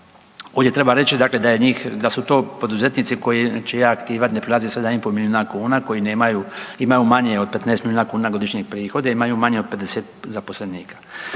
da je njih, da su to poduzetnici koji, čija aktiva ne prelazi 7,5 milijuna kuna, koji nemaju, ima manje od 15 milijuna kuna godišnje prihode, imaju manje od 50 zaposlenika.